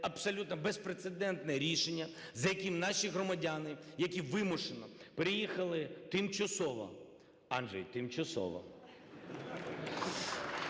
абсолютно безпрецедентне рішення, за яким наші громадяни, які вимушено переїхали тимчасово, Анджей, тимчасово